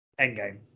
Endgame